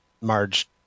Marge